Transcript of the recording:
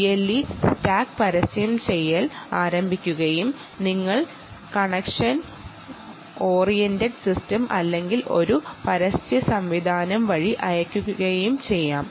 BLE stack advertise ചെയ്യാൻ ആരംഭിക്കുകയും connection oriented system അല്ലെങ്കിൽ ഒരു അഡ്വർടൈസ്മെന്റ് സംവിധാനം വഴി അയയ്ക്കുകയും ചെയ്യാം